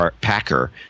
Packer